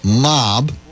mob